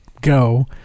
go